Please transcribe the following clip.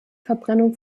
verbrennung